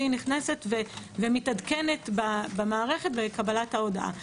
והיא נכנסת ומתעדכנת במערכת ובקבלת ההודעה.